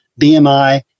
BMI